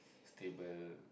stable